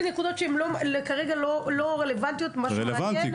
נקודות שהן כרגע לא רלוונטיות --- רלוונטי,